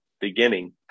beginning